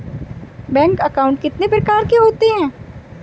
Bank account कितने प्रकार के होते हैं?